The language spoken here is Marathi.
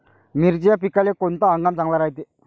मिर्चीच्या पिकाले कोनता हंगाम चांगला रायते?